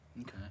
Okay